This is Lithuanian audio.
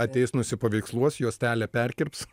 ateis nusipaveiksluos juostelę perkirps